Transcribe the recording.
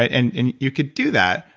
and and you could do that,